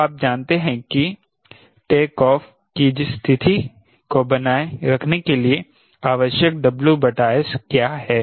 तो आप जानते हैं कि टेक ऑफ की स्तिथि को बनाए रखने के लिए आवश्यक WS क्या है